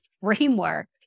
framework